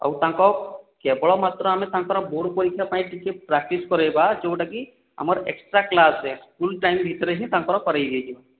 ଆଉ ତାଙ୍କ କେବଳ ମାତ୍ର ଆମେ ତାଙ୍କର ବୋର୍ଡ଼୍ ପରୀକ୍ଷା ପାଇଁ ଟିକିଏ ପ୍ରାଟିସ୍ କରାଇବା ଯେଉଁଟାକି ଆମର ଏକ୍ସଟ୍ରା କ୍ଲାସ୍ରେ ସ୍କୁଲ୍ ଟାଇମ୍ ଭିତରେ ହିଁ ତାଙ୍କର କରାଇ ହୋଇଯିବ